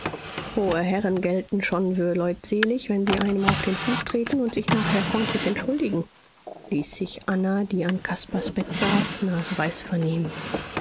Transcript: hohe herren gelten schon für leutselig wenn sie einem auf den fuß treten und sich nachher freundlich entschuldigen ließ sich anna die an caspars bett saß naseweis vernehmen